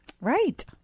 Right